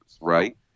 right